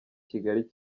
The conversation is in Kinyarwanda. kigali